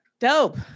Dope